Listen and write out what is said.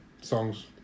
songs